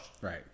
Right